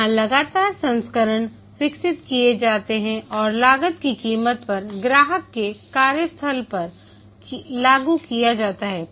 यहां लगातार संस्करण विकसित किए जाते हैं और लागत की कीमत पर ग्राहक के कार्यस्थल पर लागू किए जाता हैं